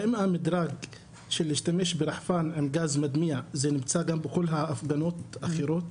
האם המדרג של שימוש ברחפן עם גז מדמיע נמצא גם בכל ההפגנות האחרות?